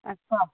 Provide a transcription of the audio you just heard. अच्छा